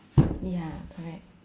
ya correct